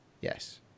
yes